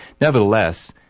Nevertheless